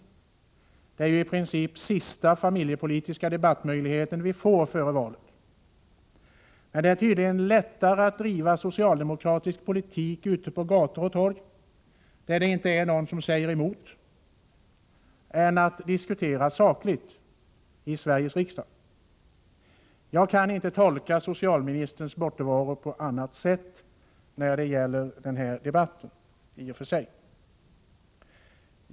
Detta är ju i princip den sista möjligheten till en familjepolitisk debatt före valet. Men det är tydligen lättare att driva socialdemokratisk politik ute på gator och torg, där det inte är någon som säger emot, än att diskutera sakligt i Sveriges riksdag. Jag kan inte tolka socialministerns bortovaro från denna debatt på annat sätt.